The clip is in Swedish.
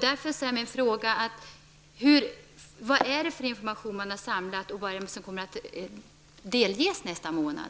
Därför är min fråga: Vad är det för slags information man har samlat, och vad kommer att delges nästa månad?